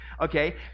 Okay